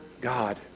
God